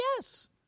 yes